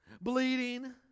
bleeding